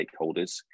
stakeholders